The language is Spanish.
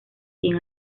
quien